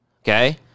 Okay